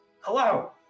Hello